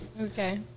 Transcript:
Okay